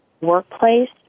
workplace